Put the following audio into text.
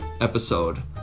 episode